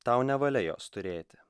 tau nevalia jos turėti